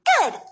Good